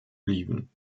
oliven